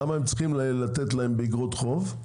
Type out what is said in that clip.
למה הם צריכים לתת להם באיגרות חוב?